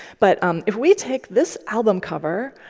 but um if we take this album cover,